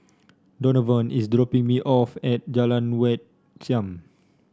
Donavon is dropping me off at Jalan Wat Siam